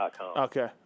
Okay